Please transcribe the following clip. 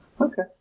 Okay